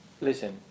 Listen